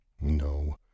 No